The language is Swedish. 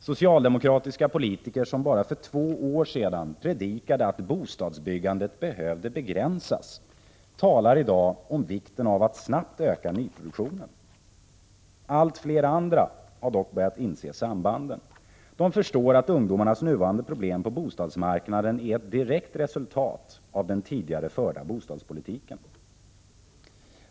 Socialdemokratiska politiker som för bara två år sedan predikade att bostadsbyggandet behövde begränsas talar i dag om vikten av att snabbt öka nyproduktionen. Allt fler andra har dock börjat inse sambanden. De förstår att ungdomarnas nuvarande problem på bostadsmarknaden är ett direkt resultat av den tidigare förda bostadspolitiken.